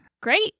Great